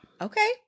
Okay